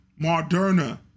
Moderna